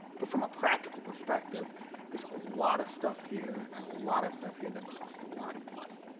but from a practical perspective there's a lot of stuff here and a lot of stuff here that costs a lot of money.